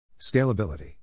scalability